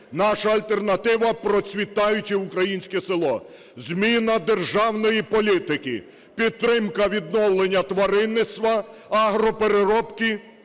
наша альтернатива – процвітаюче українське село, зміна державної політики, підтримка відновлення тваринництва, агропереробки.